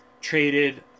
traded